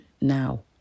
now